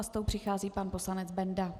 S tou přichází pan poslanec Benda.